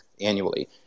annually